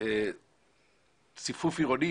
שציפוף עירוני,